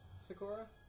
Sakura